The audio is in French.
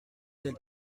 tels